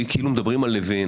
לא רק בהפגנות,